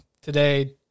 today